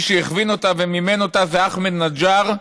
מי שהכווין אותה ומימן אותה, זה אחמד נג'אר,